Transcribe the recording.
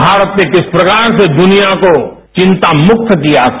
भारत ने किस तरह से दुनिया को चिंता मुक्त किया था